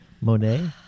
Monet